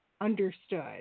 understood